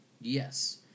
Yes